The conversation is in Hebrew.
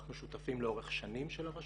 אנחנו שותפים לאורך שנים של הרשות,